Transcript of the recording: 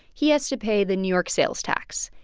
he has to pay the new york sales tax,